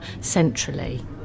centrally